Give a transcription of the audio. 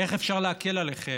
איך אפשר להקל עליכם?